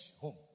home